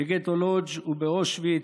בגטו לודז' ובאושוויץ,